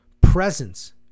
presence